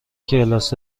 کلاس